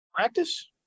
Practice